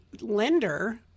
lender